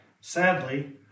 sadly